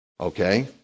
okay